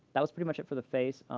that was pretty much it for the face.